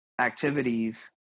activities